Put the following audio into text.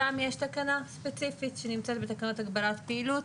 שם יש תקנה ספציפית שנמצאת בתקנות הגבלת פעילות,